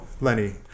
Lenny